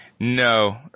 No